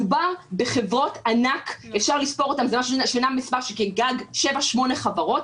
מדובר בחברות ענק, גג שבע-שמונה חברות.